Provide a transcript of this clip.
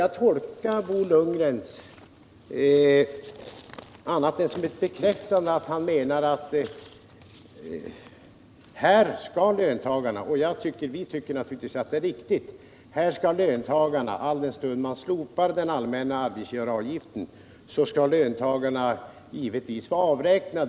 Jag kan vidare inte tolka vad Bo Lundgren sade på annat sätt än att han menar att löntagarna vid ett slopande av den allmänna arbetsgivaravgiften skall få avräkna detta mot ökade sociala avgifter.